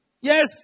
Yes